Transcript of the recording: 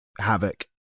havoc